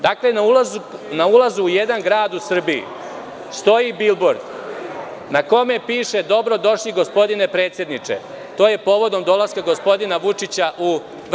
Dakle, na ulazu u jedan grad u Srbiji stoji bilbord na kome piše: „Dobro došli, gospodine predsedniče!“ To je povodom dolaska gospodina Vučića u Vršac.